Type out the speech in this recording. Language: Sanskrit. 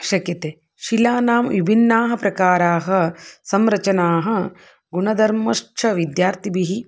शक्यते शिलानां विभिन्नाः प्रकाराः संरचनाः गुणधर्मश्च विद्यार्थिभिः